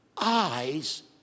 eyes